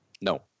No